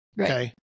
Okay